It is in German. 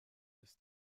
ist